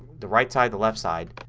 the right side, the left side,